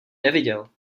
neviděl